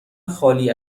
خالی